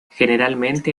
generalmente